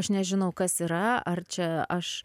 aš nežinau kas yra ar čia aš